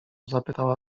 zapytała